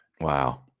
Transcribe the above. Wow